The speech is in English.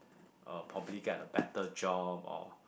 uh probably get a better job or